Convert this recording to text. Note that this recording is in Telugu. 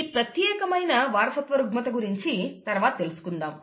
ఈ ప్రత్యేకమైన వారసత్వ రుగ్మత గురించి తరువాత తెలుసుకొందాం